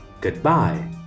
goodbye